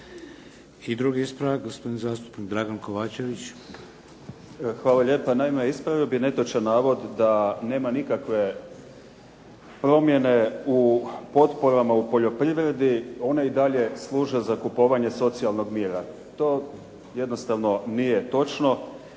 I drugi ispravak gospodin zastupnik Dragan Kovačević. **Kovačević, Dragan (HDZ)** Hvala lijepa. Naime, ispravio bih netočan navod da nema nikakve promjene u potporama u poljoprivredi, one i dalje služe za kupovanje socijalnog mira. To jednostavno nije točno.